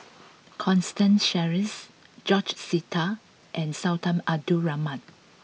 Constance Sheares George Sita and Sultan Abdul Rahman